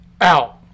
out